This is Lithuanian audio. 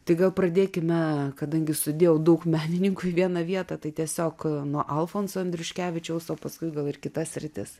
tai gal pradėkime kadangi sudėjau daug menininkų į vieną vietą tai tiesiog nuo alfonso andriuškevičiaus o paskui gal ir kitas sritis